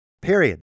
period